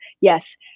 yes